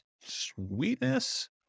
Sweetness